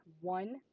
one